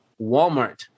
Walmart